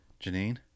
janine